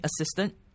assistant